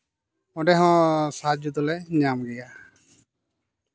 ᱚᱱᱰᱮ ᱦᱚᱸ ᱥᱟᱦᱟᱡᱡᱚ ᱫᱚᱞᱮ ᱧᱟᱢ ᱜᱮᱭᱟ